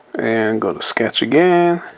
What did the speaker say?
and go to sketch. again,